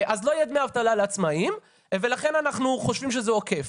אז לא יהיה דמי אבטלה לעצמאיים ולכן אנחנו חושבים שזה עוקף.